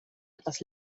etwas